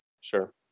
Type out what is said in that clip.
Sure